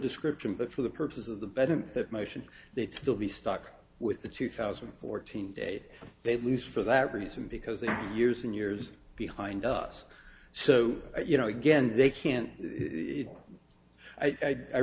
description but for the purpose of the benefit motion they'd still be stuck with the two thousand and fourteen date they'd lose for that reason because they're years and years behind us so you know again they can't i